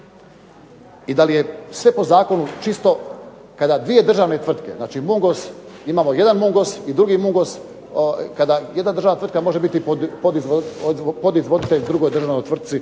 I da li je sve po zakonu čisto kada dvije državne tvrtke imamo jedan Mungos i drugi Mungos kada jedna državna tvrtka može biti podizvoditelj drugoj državnoj tvrtci.